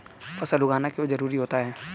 फसल उगाना क्यों जरूरी होता है?